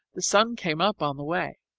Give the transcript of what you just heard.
the sun came up on the way,